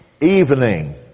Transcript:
evening